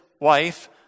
wife